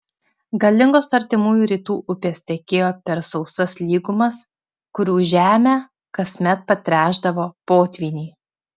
galingos artimųjų rytų upės tekėjo per sausas lygumas kurių žemę kasmet patręšdavo potvyniai